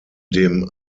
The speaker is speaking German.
dem